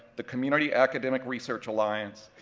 the community academic research alliance,